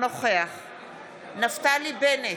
בעד נפתלי בנט,